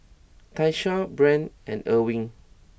Tyshawn Brent and Erwin